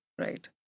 right